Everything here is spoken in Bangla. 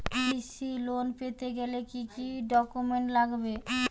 কৃষি লোন পেতে গেলে কি কি ডকুমেন্ট লাগবে?